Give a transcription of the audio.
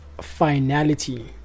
finality